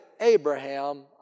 Abraham